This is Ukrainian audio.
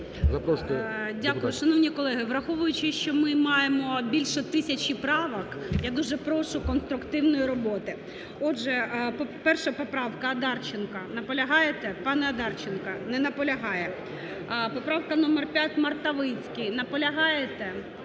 Дякую. Шановні колеги, враховуючи, що ми маємо більше тисячі правок, я дуже прошу конструктивної роботи. Отже, 1 поправка Одарченка. Наполягаєте, пане Одарченко? Не наполягає. Поправка номер 5, Мартовицький. Наполягаєте?